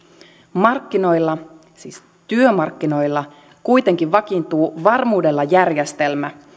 markkinoilla siis työmarkkinoilla kuitenkin vakiintuu varmuudella järjestelmä